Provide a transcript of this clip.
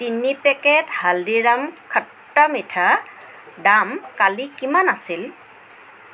তিনি পেকেট হালদিৰাম খট্টা মিঠা দাম কালি কিমান আছিল